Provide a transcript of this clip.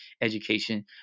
education